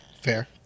Fair